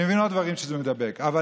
אני מבין שעוד דברים מידבקים, אבל